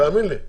תאמין לי,